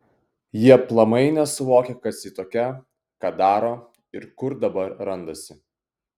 ji aplamai nesuvokia kas ji tokia ką daro ir kur dabar randasi